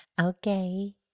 Okay